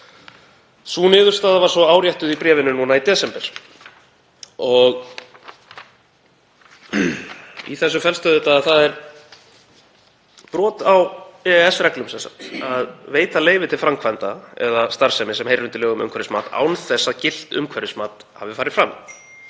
Sú niðurstaða var svo áréttuð í bréfinu núna í desember. Í þessu felst auðvitað að það er brot á EES-reglum að veita leyfi til framkvæmda eða starfsemi sem heyrir undir lög um umhverfismat án þess að gilt umhverfismat hafi farið fram.